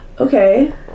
okay